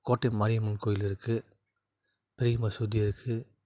கோட்டை மாரியம்மன் கோவில் இருக்குது பெரிய மசூதி இருக்குது